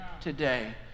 today